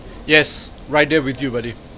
yes right there with you buddy